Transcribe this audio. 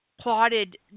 plotted